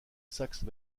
saxe